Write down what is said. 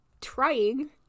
trying